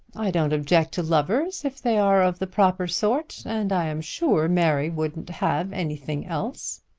i don't object to lovers, if they are of the proper sort and i am sure mary wouldn't have anything else.